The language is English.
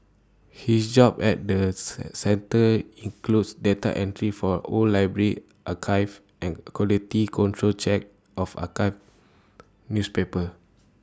his job at the centre includes data entry for old library archives and quality control checks of archived newspapers